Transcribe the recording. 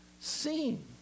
seen